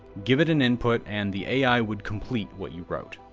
give it an input and the ai would complete what you wrote.